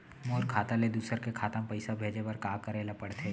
मोर खाता ले दूसर के खाता म पइसा भेजे बर का करेल पढ़थे?